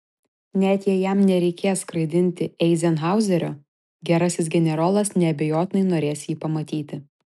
net jei jam nereikės skraidinti eizenhauerio gerasis generolas neabejotinai norės jį pamatyti